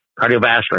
Cardiovascular